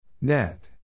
Net